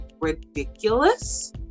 ridiculous